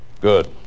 Good